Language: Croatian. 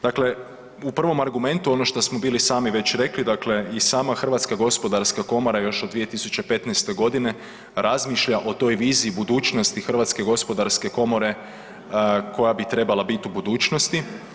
Dakle, u prvom argumentu ono što smo bili sami već rekli dakle i sama Hrvatska gospodarska komora još od 2015. godine razmišlja o toj viziji budućnosti Hrvatske gospodarske komore koja bi trebala biti u budućnosti.